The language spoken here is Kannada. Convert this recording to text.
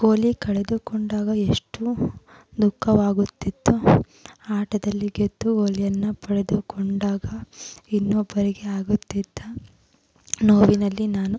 ಗೋಲಿ ಕಳೆದುಕೊಂಡಾಗ ಎಷ್ಟು ದುಃಖವಾಗುತ್ತಿತ್ತೋ ಆಟದಲ್ಲಿ ಗೆದ್ದು ಗೋಲಿಯನ್ನು ಪಡೆದುಕೊಂಡಾಗ ಇನ್ನೊಬ್ಬರಿಗೆ ಆಗುತ್ತಿದ್ದ ನೋವಿನಲ್ಲಿ ನಾನು